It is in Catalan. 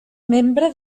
membre